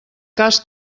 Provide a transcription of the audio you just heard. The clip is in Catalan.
cas